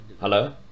Hello